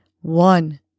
one